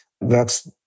works